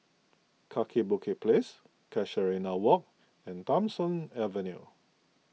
Kaki Bukit Place Casuarina Walk and Tham Soong Avenue